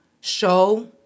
show